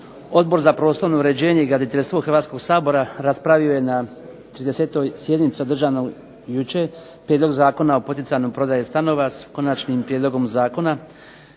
Odbor za prostorno uređenje i graditeljstvo Hrvatskog sabora raspravio je na 30. sjednici održanoj jučer Prijedlog zakona o poticaju prodaje stanova s Konačnim prijedlogom zakona